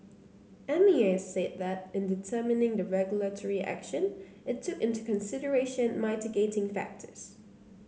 M A S said that in determining the regulatory action it took into consideration mitigating factors